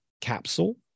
capsule